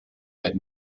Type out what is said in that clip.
mit